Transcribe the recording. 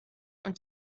und